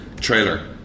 trailer